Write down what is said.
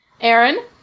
Aaron